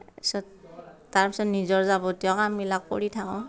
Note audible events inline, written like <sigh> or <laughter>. <unintelligible> তাৰ পিছত নিজৰ যাৱতীয় কামবিলাক কৰি থাকোঁ